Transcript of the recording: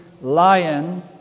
lion